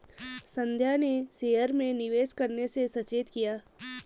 संध्या ने शेयर में निवेश करने से सचेत किया